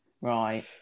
right